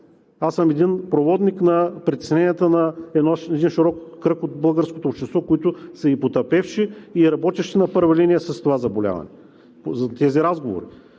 Аз съм един проводник на притесненията на един широк кръг от българското общество, които са и потърпевши, и работещи на първа линия с това заболяване за тези разговори.